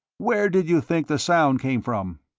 where did you think the sound came from?